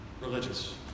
religious